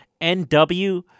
nw